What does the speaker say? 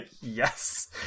Yes